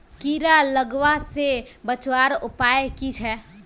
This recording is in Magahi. कीड़ा लगवा से बचवार उपाय की छे?